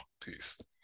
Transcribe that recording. Peace